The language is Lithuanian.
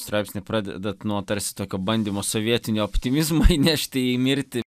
straipsnį pradedat nuo tarsi tokio bandymo sovietinio optimizmo įnešti į mirtį